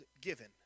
given